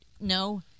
No